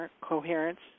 coherence